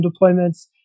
deployments